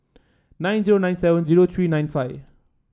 nine zero nine seven zero three nine five